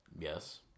Yes